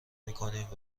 میکنیم